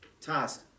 task